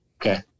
Okay